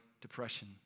depression